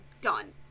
done